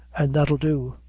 an' that'll do.